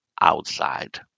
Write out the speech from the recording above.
outside